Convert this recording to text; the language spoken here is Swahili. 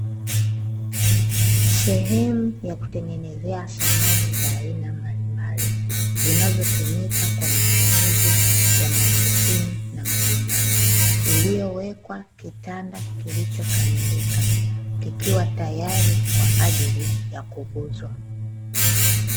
Sehemu ya kutengeneza samani za aina mbalimbali zinazotumika kwa matumizi ya maofisini na majumbani, iliyowekwa kitanda kilicho kamilika kikiwa tayari kwa ajili ya kukuzwa.